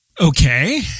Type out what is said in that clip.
Okay